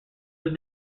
was